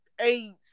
aids